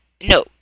no